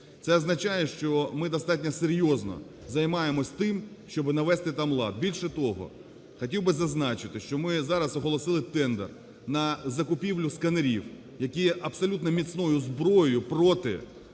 Це означає, що ми достатньо серйозно займаємось тим, щоби навести там лад. Більше того, хотів би зазначити, що ми зараз оголосили тендер на закупівлю сканерів, які є абсолютно міцною зброєю проти